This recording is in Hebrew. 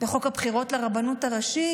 בחוק הבחירות לרבנות הראשית.